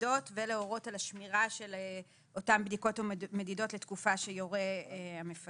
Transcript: מדידות ולהורות על השמירה של אותן בדיקות או מדידות לתקופה שיורה המפקח.